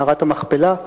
מערת המכפלה.